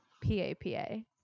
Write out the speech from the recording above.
P-A-P-A